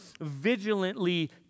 vigilantly